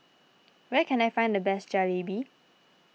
where can I find the best Jalebi